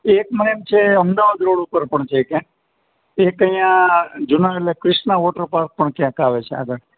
એક મને એમ છે અમદાવાદ રોડ ઉપર પણ છે ક્યાંક એક અઇયાં જૂનાગઢ એક ક્રિષ્ના વોટરપાર્ક પણ ક્યાંક આવે છે આગળ